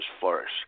flourish